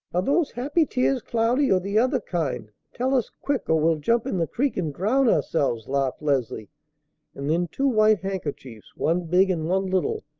are those happy tears, cloudy, or the other kind? tell us quick, or we'll jump in the creek and drown ourselves, laughed leslie and then two white handkerchiefs, one big and one little,